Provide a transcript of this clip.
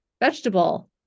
vegetable